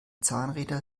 zahnräder